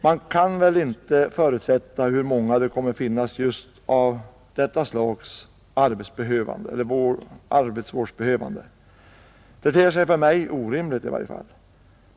Man kan väl inte förutse hur många arbetsvårdsbehövande av just detta slag det kommer att finnas — det ter sig i varje fall för mig orimligt.